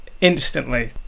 instantly